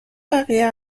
بقیه